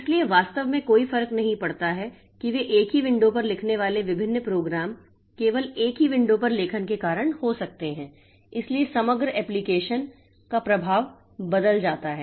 इसलिए वास्तव में कोई फर्क नहीं पड़ता है कि वे एक ही विंडो पर लिखने वाले विभिन्न प्रोग्राम केवल एक ही विंडो पर लेखन के कारण हो सकते हैं इसलिए समग्र एप्लिकेशन का प्रभाव बदल जाता है